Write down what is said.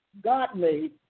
God-made